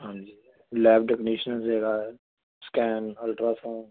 ਹਾਂਜੀ lab technician ਵੀ ਹੈਗਾ ਸਕੈਨ ਅਲਟਰਾ ਸਾਊਂਡ